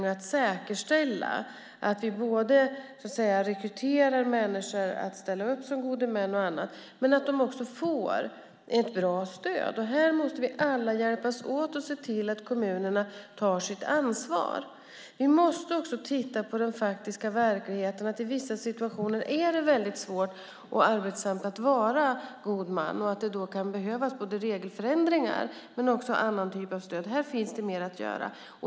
Vi behöver säkerställa att vi kan rekrytera människor till att ställa upp som gode män och annat och att de får ett bra stöd. Här måste vi alla hjälpas åt och se till att kommunerna tar sitt ansvar. Vi måste också titta på den faktiska verkligheten. I vissa situationer är det väldigt svårt och arbetsamt att vara god man. Då kan det behövas både regelförändringar och annan typ av stöd. Här finns det mer att göra.